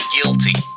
Guilty